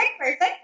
Perfect